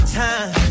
time